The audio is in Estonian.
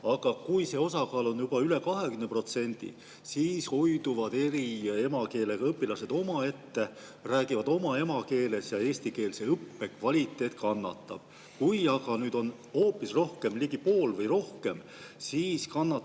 Aga kui see osakaal on juba üle 20%, siis hoiduvad eri emakeelega õpilased omaette, räägivad oma emakeeles ja eestikeelse õppe kvaliteet kannatab. Kui aga neid on hoopis rohkem, ligi pool või rohkem, siis kannatab